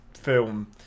film